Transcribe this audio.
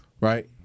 right